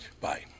Bye